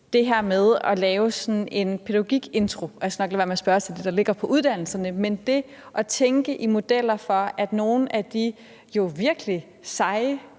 det her med at lave sådan en pædagogik-intro. Og jeg skal nok lade være med at spørge til det, der ligger på uddannelserne, men der kunne tænkes i modeller for, at nogle af de virkelig seje